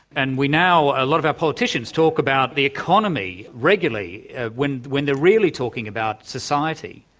and we now, a lot of our politicians talk about the economy regularly when when they're really talking about society.